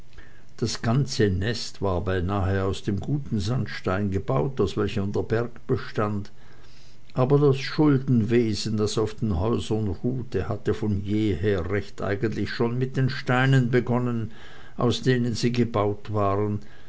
das ganze nest war beinahe aus dem guten sandstein gebaut aus welchem der berg bestand aber das schuldenwesen das auf den häusern ruhte hatte von jeher recht eigentlich schon mit den steinen begonnen aus denen sie gebaut waren